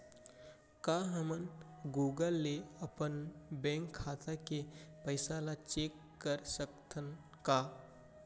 का हमन गूगल ले अपन बैंक खाता के पइसा ला चेक कर सकथन का?